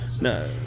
no